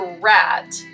rat